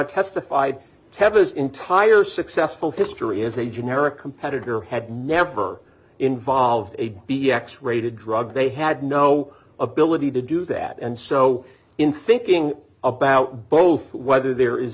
testified tempus entire successful history as a generic competitor had never involved a b x rated drug they had no ability to do that and so in thinking about both whether there is